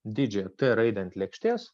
didžiąją t raidę ant lėkštės